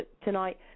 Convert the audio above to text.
tonight